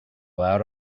out